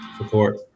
Support